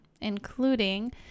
including